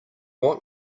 what